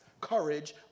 courage